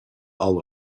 all